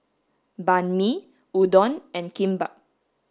Banh Mi Udon and Kimbap